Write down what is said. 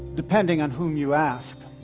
depending on whom you asked.